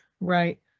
Right